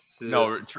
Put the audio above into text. No